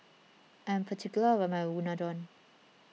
I am particular about my Unadon